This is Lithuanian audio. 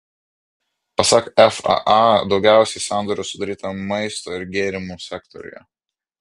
pasak faa daugiausiai sandorių sudaryta maisto ir gėrimų sektoriuje